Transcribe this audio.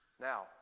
Now